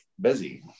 busy